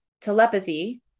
Telepathy